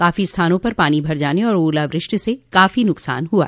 कई स्थानों पर पानी भर जाने और ओलावृष्टि से काफी नुकसान हुआ